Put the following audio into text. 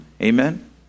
amen